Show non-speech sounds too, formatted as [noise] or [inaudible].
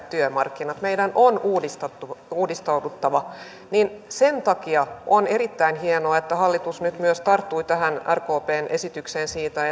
[unintelligible] työmarkkinat meidän on uudistauduttava niin sen takia on erittäin hienoa että hallitus nyt myös tarttui tähän rkpn esitykseen siitä [unintelligible]